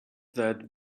that